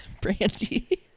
brandy